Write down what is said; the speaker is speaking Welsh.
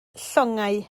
llongau